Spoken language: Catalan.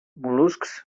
mol·luscs